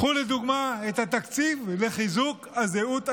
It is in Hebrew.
קחו לדוגמה את התקציב לחיזוק הזהות היהודית.